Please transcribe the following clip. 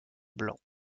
blanc